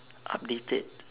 updated